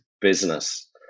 business